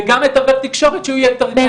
וגם מתווך תקשורת שהוא יתרגם